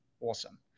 Awesome